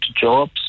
jobs